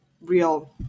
real